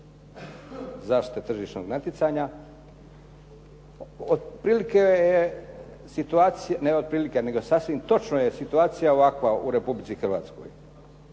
zaštite tržišnog natjecanja. Otprilike je situacija, ne otprilike, nego sasvim točno je situacija ovakva u Republici Hrvatskoj.